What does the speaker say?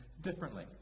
differently